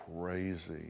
crazy